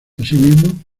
asimismo